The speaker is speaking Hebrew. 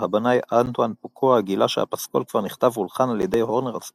הבמאי אנטואן פוקואה גילה שהפסקול כבר נכתב והולחן בידי הורנר עצמו